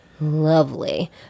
lovely